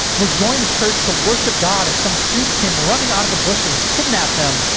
was going to church to worship god and some creeps came running out of the bushes, kidnapped them,